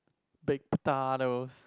baked potatoes